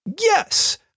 yes